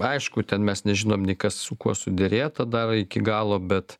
aišku ten mes nežinom nei kas su kuo suderėta dar iki galo bet